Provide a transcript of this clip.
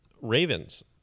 Ravens